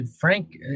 Frank